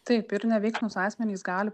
taip ir neveiksnūs asmenys gali